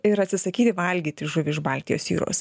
ir atsisakyti valgyti žuvį iš baltijos jūros